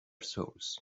souls